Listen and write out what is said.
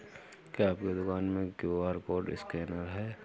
क्या आपके दुकान में क्यू.आर कोड स्कैनर है?